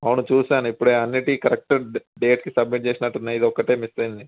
అవును చూసాను ఇప్పుడే అన్నిటికీ కరెక్ట్ డేట్ సబ్మిట్ చేసినట్టు ఉన్నాయి ఇది ఒక్కటే మిస్ అయ్యింది